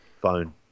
phone